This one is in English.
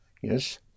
Yes